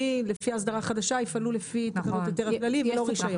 לפי האסדרה החדשה יפעלו לפי תקנות ההיתר הכללי ולא רישיון.